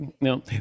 No